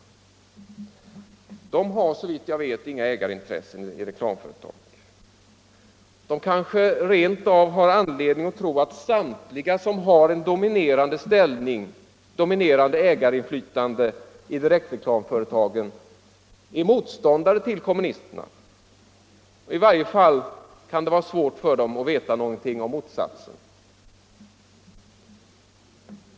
Kommunisterna har såvitt jag vet inga ägarintressen i reklamföretag. De kanske rent av har anledning att tro att samtliga som har ett dominerande ägarinflytande i direktreklamföretagen är motståndare till kommunisterna. I varje fall kan det vara svårt för dem att veta någonting om motsatsen.